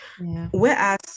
Whereas